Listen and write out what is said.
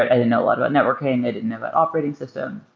i didn't know a lot about networking. i didn't know about operating system.